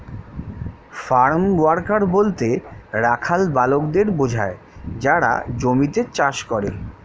farm worker বলতে রাখাল বালকদের বোঝায় যারা জমিতে চাষ করে